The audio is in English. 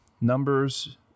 Numbers